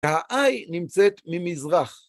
העי נמצאת ממזרח.